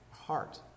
heart